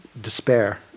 despair